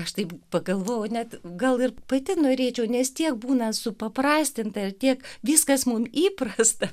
aš taip pagalvojau net gal ir pati norėčiau nes tiek būna supaprastinta ir tiek viskas mum įprasta